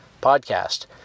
podcast